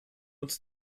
uns